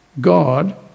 God